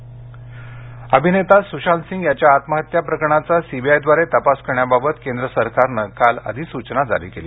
सुशांत सिंग अभिनेता सुशांत सिंग याच्या आत्महत्या प्रकरणाचा सीबीआयद्वारे तपास करण्याबाबत केंद्र सरकारनं काल अधिसूचना जारी केली